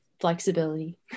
flexibility